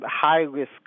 high-risk